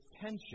tension